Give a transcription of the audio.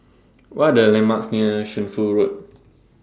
What Are The landmarks near Shunfu Road